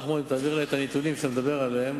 מאוד אם תעביר אלי את הנתונים שאתה מדבר עליהם,